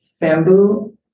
bamboo